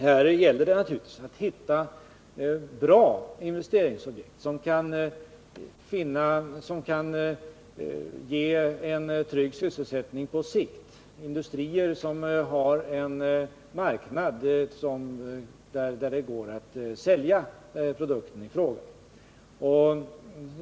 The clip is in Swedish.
Här gäller det naturligtvis att hitta bra investeringsobjekt som kan ge trygg sysselsättning på sikt, såsom industrier som har en marknad där det går att sälja produkterna i fråga.